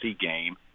game